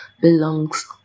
belongs